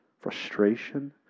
frustration